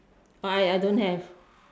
I I don't have